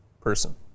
person